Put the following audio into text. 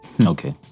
Okay